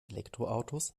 elektroautos